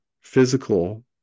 physical